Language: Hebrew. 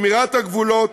שמירת הגבולות,